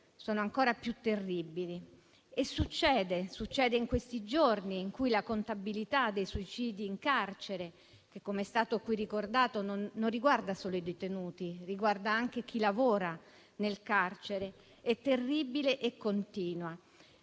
sono ancora più terribili, e in questi giorni in cui il bilancio dei suicidi in carcere, che - come è stato qui ricordato - non riguarda solo i detenuti ma anche chi lavora nel carcere, è terribile e continuo.